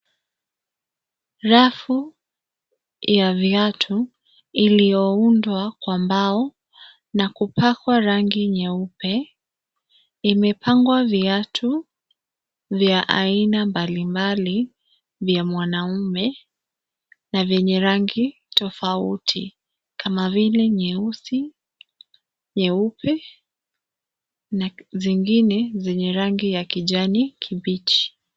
Rafu ya viatu iliyoundwa kwa mbao, na kupakwa rangi nyeupe. Imepangwa viatu vya aina mbalimbali vya mwanaume, na vyenye rangi tofauti, kama vile nyeusi, nyeupe, na zingine zenye rangi ya kijani kibichi.